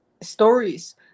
stories